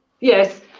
yes